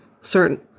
certain